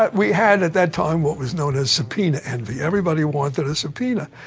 but we had at that time what was known as subpoena envy, everybody wanted a subpoena.